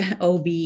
OB